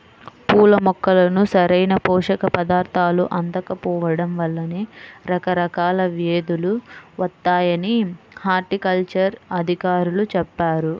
పూల మొక్కలకు సరైన పోషక పదార్థాలు అందకపోడం వల్లనే రకరకాల వ్యేదులు వత్తాయని హార్టికల్చర్ అధికారులు చెప్పారు